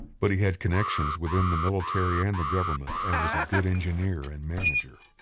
but he had connections within the military and the government and was a good engineer and manager.